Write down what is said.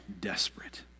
desperate